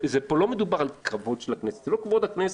לא מדובר פה על כבוד הכנסת, זה לא כבוד הכנסת.